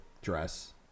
dress